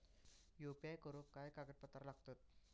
UPI करुक काय कागदपत्रा लागतत?